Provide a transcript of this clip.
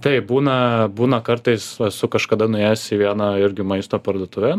taip būna būna kartais esu kažkada nuėjęs į vieną irgi maisto parduotuvę